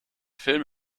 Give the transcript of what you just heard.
film